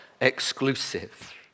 exclusive